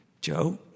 Joe